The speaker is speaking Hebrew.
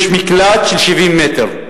יש מקלט של 70 מטר,